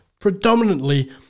predominantly